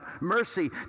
mercy